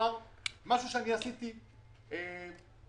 באירוע האחרון נפרץ הציר הצפוני,